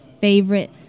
favorite